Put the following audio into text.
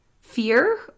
fear